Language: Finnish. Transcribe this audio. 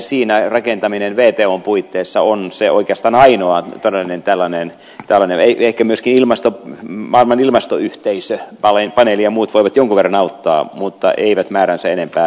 pelisääntöjen rakentaminen siinä wton puitteissa on oikeastaan ainoa todellinen tällainen ehkä myöskin maailman ilmastopaneeli ja muut voivat jonkun verran auttaa mutta eivät määräänsä enempää